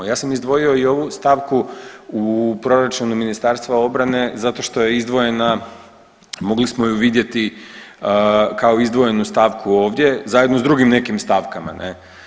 Ja sam izdvojio i ovu stavku u proračunu Ministarstva obrane zato što je izdvojena, mogli smo ju vidjeti kao izdvojenu stavku ovdje zajedno s drugim nekim stavkama ne.